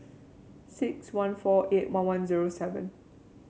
six one four eight one one zero seven